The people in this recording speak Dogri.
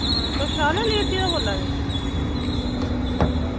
तुस शाह हुंदी हट्टिया बोल्ला दे